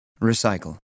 Recycle